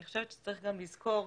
צריך לזכור,